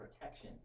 protection